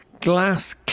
glass